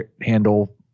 handle